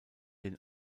den